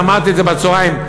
ואמרתי את זה בצהריים,